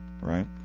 right